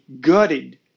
gutted